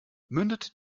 mündet